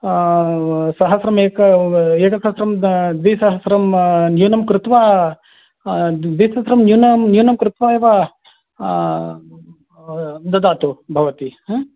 सहस्रं एक एकसहस्रं द्विसहस्रं न्यूनं कृत्वा द्विसहस्रं न्यूनं कृत्वा एव ददातु भवती हा